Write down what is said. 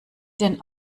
denn